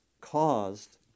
caused